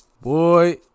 boy